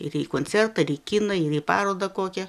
ir į koncertą ir į kiną ir į parodą kokią